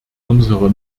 unsere